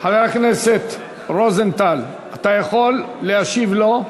חבר הכנסת רוזנטל, אתה יכול להשיב לו.